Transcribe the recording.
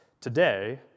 today